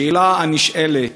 השאלה הנשאלת: